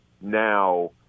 now